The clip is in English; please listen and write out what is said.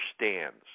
understands